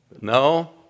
No